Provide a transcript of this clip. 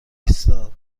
ایستاد